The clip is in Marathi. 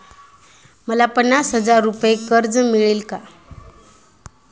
मला पन्नास हजार रुपये कर्ज मिळेल का?